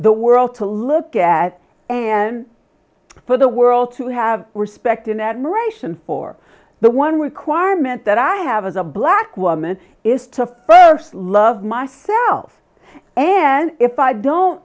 the world to look at and for the world to have respect and admiration for the one requirement that i have as a black woman is to first love myself and if i don't